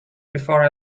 before